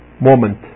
moment